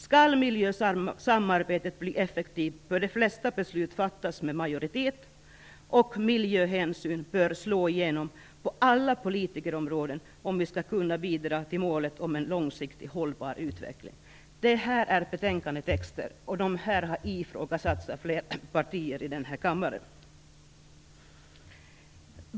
Skall miljösamarbetet bli effektivt bör de flesta beslut fattas med majoritet, och miljöhänsyn bör slå igenom på alla politikens områden om vi skall kunna bidra till att uppnå målet en långsiktigt hållbar utveckling. Det här är betänkandetexter, och de har ifrågasatts av flera partier i den här kammaren.